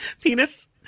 penis